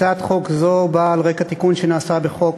הצעת חוק זו באה על רקע תיקון שנעשה בחוק